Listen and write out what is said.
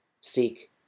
Seek